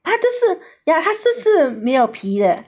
他就是 ya 他就是没有皮的